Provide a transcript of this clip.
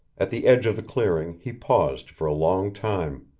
at the edge of the clearing he paused for a long time.